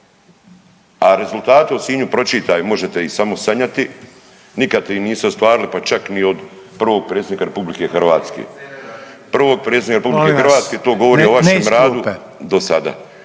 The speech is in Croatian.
A rezultati u Sinju pročitaj, možete ih samo sanjati, nikad ih niste ostvarili pa čak ni od prvog predsjednika RH. Prvog predsjednika RH …/Upadica: Molim vas ne iz klupe./… to govori o vašem radu do sada.